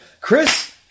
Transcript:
Chris